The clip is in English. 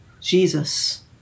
Jesus